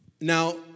Now